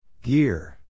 Gear